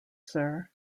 sir